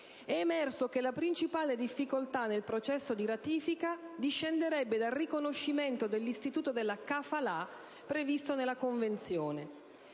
è emerso che la principale difficoltà nel processo di ratifica discenderebbe dal riconoscimento dell'istituto della *kafala* previsto nella Convenzione.